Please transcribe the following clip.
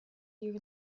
your